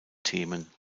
themen